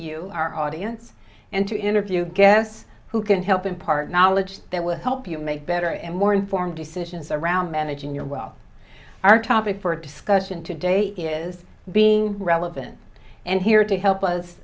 you our audience and to interview guests who can help in part knowledge that will help you make better and more informed decisions around managing your well our topic for discussion today is being relevant and here to help